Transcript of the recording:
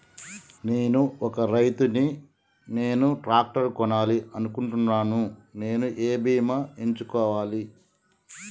నేను ఒక రైతు ని నేను ట్రాక్టర్ కొనాలి అనుకుంటున్నాను నేను ఏ బీమా ఎంచుకోవాలి?